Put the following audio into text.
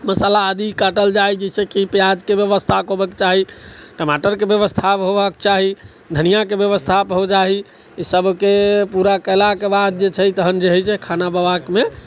मसाला आदि काटल जाइ जाहिसँ कि प्याजके व्यवस्था होयबाके चाही टमाटरके व्यवस्था होयबाके चाही धनियाके व्यवस्था होयबाके चाही इसभके पूरा कयलाके बाद जे छै तहन जे हइ से से खाना बनेबाकमे